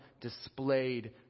displayed